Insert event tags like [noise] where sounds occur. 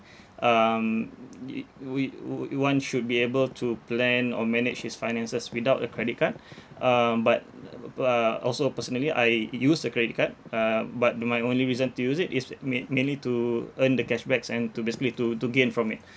um I we wou~ one should be able to plan or manage his finances without a credit card um but [noise] uh also personally I use a credit card uh but my only reason to use it is main~ mainly to earn the cashbacks and to basically to to gain from it